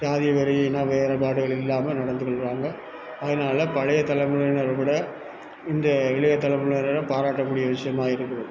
சாதி வெறி இன வேறுபாடுகள் இல்லாமல் நடந்து கொள்கிறாங்க அதனால் பழைய தலைமுறையினர் விட இன்றைய இளைய தலைமுறையினரிடம் பாராட்ட கூடிய விஷயமாக இருக்குது